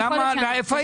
למה, איפה הייתם?